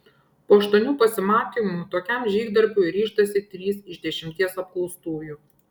po aštuonių pasimatymų tokiam žygdarbiui ryžtasi trys iš dešimties apklaustųjų